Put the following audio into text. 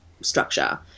structure